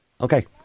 Okay